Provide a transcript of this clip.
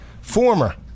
Former